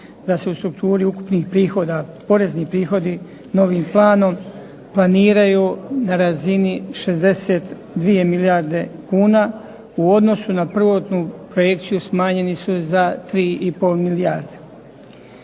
da se u strukturi ukupnih prihoda porezni prihodi novim planom planiraju na razini 62 milijarde kuna u odnosu na prvotnu projekciju smanjeni su za 3 i pol milijarde.